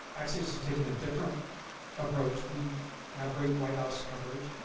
axios has taken a different approach. we have great white house coverage,